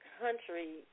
country